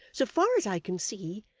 so far as i can see,